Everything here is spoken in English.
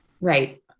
Right